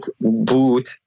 boot